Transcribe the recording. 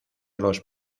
los